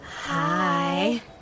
hi